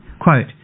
Quote